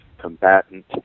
combatant